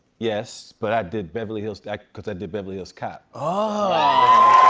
yes, but i did beverly hills cause i did beverly hills cop. ah